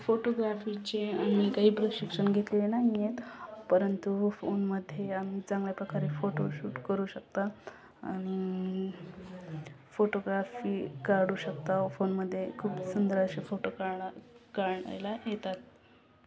फोटोग्राफीचे आम्ही काही प्रशिक्षण घेतलेले नाही आहे परंतु फोनमध्ये आम्ही चांगल्या प्रकारे फोटोशूट करू शकतात आणि फोटोग्राफी काढू शकता फोनमध्ये खूप सुंदर असे फोटो काडा काढायला येतात